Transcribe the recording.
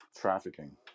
trafficking